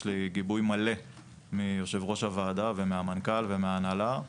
יש לי גיבוי מיושב-ראש הוועדה ומהמנכ"ל ומההנהלה,